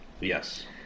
Yes